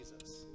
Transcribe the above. Jesus